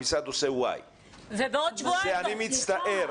המשרד עושה Y. אז אני מצטער,